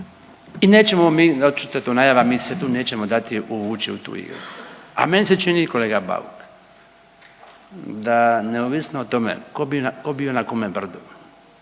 i nećemo vam mi, očito je to najava mi se tu nećemo dati uvući u tu igru. A meni se čini kolega Bauk da neovisno o tome tko bio na kome brdu